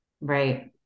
Right